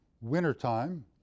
wintertime